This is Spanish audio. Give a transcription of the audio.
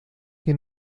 que